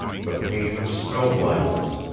the pain of snow blindness,